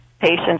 patients